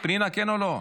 כן או לא?